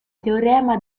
teorema